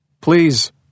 Please